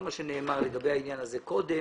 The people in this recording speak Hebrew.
את כל מה שנאמר לגבי העניין הזה קודם,